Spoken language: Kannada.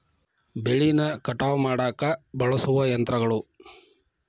ಬೆಳಿನ ಕಟಾವ ಮಾಡಾಕ ಬಳಸು ಯಂತ್ರಗಳು